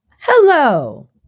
Hello